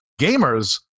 gamers